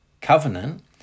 covenant